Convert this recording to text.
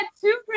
two